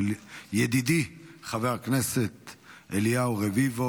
של ידידי חבר הכנסת אליהו רביבו.